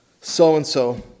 so-and-so